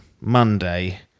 Monday